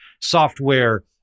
software